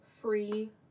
free